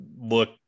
look